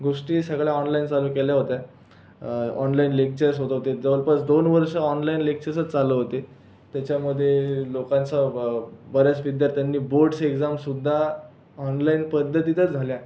गोष्टी सगळ्या ऑनलाइन चालू केल्या होत्या ऑनलाइन लेक्चर्स होत होते जवळपास दोन वर्ष ऑनलाइन लेक्चर्सच चालू होते त्याच्यामध्ये लोकांचा बऱ्याच विद्यार्थ्यांनी बोर्डस् एक्झामसुद्धा ऑनलाइन पद्धतीतच झाल्या